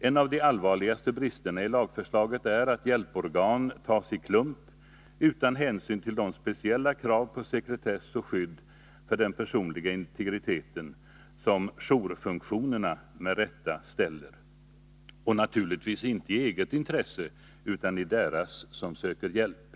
En av de allvarligaste bristerna i lagförslaget är att hjälporgan tas i klump utan hänsyn till de speciella krav på sekretess och skydd för den personliga Nr 37 integriteten som jourfunktionerna med rätta ställer — och naturligtvis inte i Torsdagen den eget intresse, utan i deras som söker hjälp.